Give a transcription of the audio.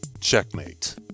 Checkmate